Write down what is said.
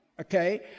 Okay